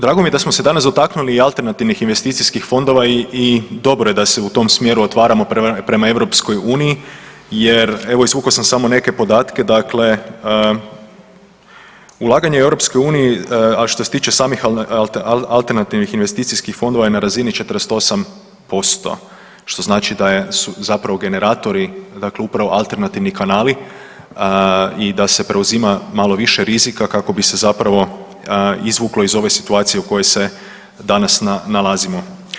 Drago mi je da smo se danas dotaknuli i alternativnih investicijskih fondova i dobro je da se u tom smjeru otvaramo prema EU jer evo izvukao sam samo neke podatke, dakle ulaganje u EU, a što se tiče samih alternativnih investicijskih fondova je na razini 48% što znači da su generatori upravo alternativni kanali i da se preuzima malo više rizika kako bi se zapravo izvuklo iz ove situacije u kojoj se danas nalazimo.